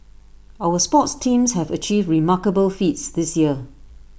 our sports teams have achieved remarkable feats this year